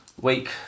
week